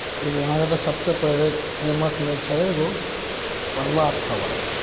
एगो अहाँके तऽ सभसँ पहिले फेमसमे छै एगो प्रभात खबर